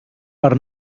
per